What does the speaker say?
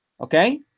okay